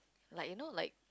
like you know like